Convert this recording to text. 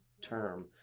term